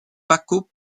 paco